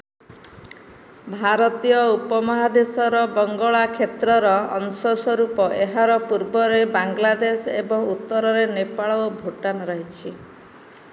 ଭାରତୀୟ ଉପମହାଦେଶର ବଙ୍ଗଳା କ୍ଷେତ୍ରର ଅଂଶସ୍ଵରୂପ ଏହାର ପୂର୍ବରେ ବାଂଲାଦେଶ ଏବଂ ଉତ୍ତରରେ ନେପାଳ ଓ ଭୁଟାନ ରହିଛି